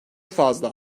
fazla